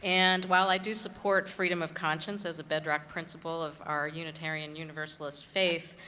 and while i do support freedom of conscience as a bedrock principle of our unitarian universalist faith,